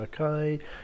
okay